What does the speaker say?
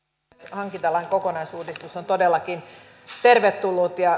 hankintalain kokonaisuudistus on todellakin tervetullut ja